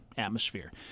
Atmosphere